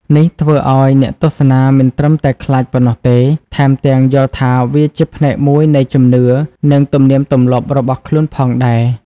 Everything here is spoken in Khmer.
នេះធ្វើឲ្យអ្នកទស្សនាមិនត្រឹមតែខ្លាចប៉ុណ្ណោះទេ ថែមទាំងយល់ថាវាជាផ្នែកមួយនៃជំនឿនិងទំនៀមទម្លាប់របស់ខ្លួនផងដែរ។